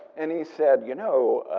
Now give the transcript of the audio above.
and he said, you know,